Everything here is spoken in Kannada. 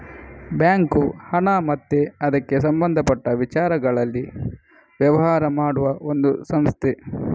ಬ್ಯಾಂಕು ಹಣ ಮತ್ತೆ ಅದಕ್ಕೆ ಸಂಬಂಧಪಟ್ಟ ವಿಚಾರಗಳಲ್ಲಿ ವ್ಯವಹಾರ ಮಾಡುವ ಒಂದು ಸಂಸ್ಥೆ